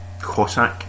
Cossack